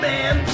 Man